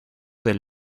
del